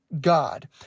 God